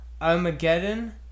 Armageddon